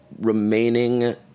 remaining